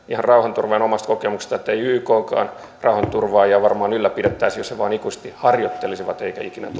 ihan rauhanturvaajana omasta kokemuksestani ettei yknkaan rauhanturvaajia varmaan ylläpidettäisi jos he vain ikuisesti harjoittelisivat eivätkä ikinä